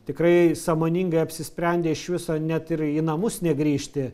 tikrai sąmoningai apsisprendė iš viso net ir į namus negrįžti